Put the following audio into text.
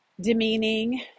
demeaning